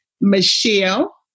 Michelle